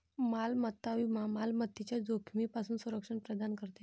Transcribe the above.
मालमत्ता विमा मालमत्तेच्या जोखमीपासून संरक्षण प्रदान करते